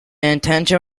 intention